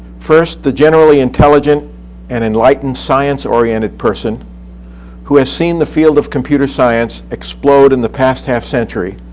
first, the generally intelligent and enlightened science-oriented person who has seen the field of computer science explode in the past half century